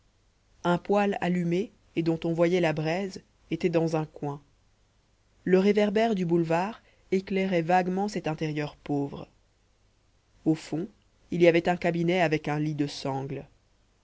un poêle allumé et dont on voyait la braise était dans un coin le réverbère du boulevard éclairait vaguement cet intérieur pauvre au fond il y avait un cabinet avec un lit de sangle